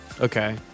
Okay